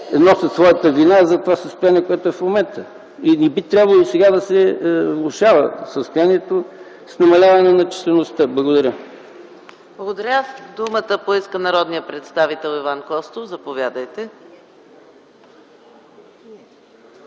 носят своята вина за това състояние, което е в момента. Не би трябвало и сега да се влошава състоянието с намаляването на числеността. Благодаря. ПРЕДСЕДАТЕЛ ЕКАТЕРИНА МИХАЙЛОВА: Благодаря. Думата поиска народният представител Иван Костов. Заповядайте.